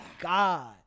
God